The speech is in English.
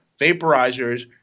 vaporizers